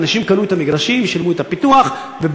אנשים קנו את המגרשים, שילמו את הפיתוח ובנו.